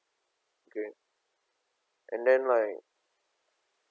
okay and then like